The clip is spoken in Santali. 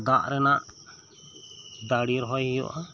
ᱫᱟᱜ ᱨᱮᱱᱟᱜ ᱫᱟᱨᱮ ᱨᱚᱦᱚᱭ ᱦᱩᱭᱩᱜᱼᱟ